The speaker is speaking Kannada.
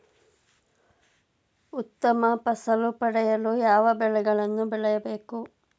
ಉತ್ತಮ ಫಸಲು ಪಡೆಯಲು ಯಾವ ಬೆಳೆಗಳನ್ನು ಬೆಳೆಯಬೇಕು?